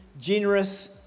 generous